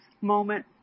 moment